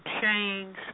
change